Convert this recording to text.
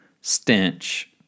stench